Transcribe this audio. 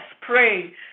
pray